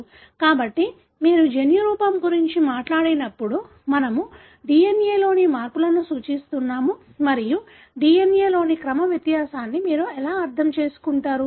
కాబట్టి మీరు జన్యురూపం గురించి మాట్లాడినప్పుడు మనము DNA లోని మార్పులను సూచిస్తున్నాము మరియు DNA లోని క్రమ వ్యత్యాసాన్ని మీరు ఎలా అర్థం చేసుకుంటారు